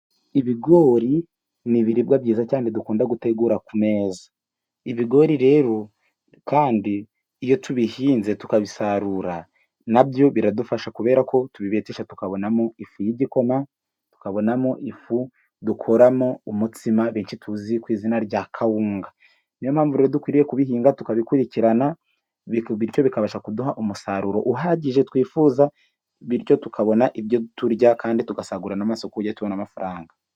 Ibigori ni ibiribwa byiza cyane , dukunda gutegura ku meza, ibigori rero kandi iyo tubihinze tukabisarura nabyo biradufasha kubera ko tubibetesha tukabonamo ifu y'igikoma, tukabonamo ifu dukuramo umutsima benshi tuzi ku izina rya kawunga, ni yo mpamvu rero dukwiriye kubihinga tukabikurikirana, bityo bikabasha kuduha umusaruro uhagije twifuza, bityo tukabona ibyo turya kandi tugasagurira n'amasoko uburyo tubona amafaranga